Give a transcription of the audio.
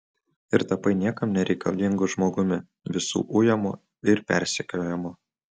ir tapai niekam nereikalingu žmogumi visų ujamu ir persekiojamu